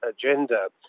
agenda